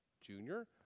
Junior